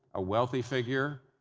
a wealthy figure.